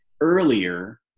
earlier